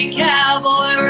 cowboy